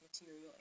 material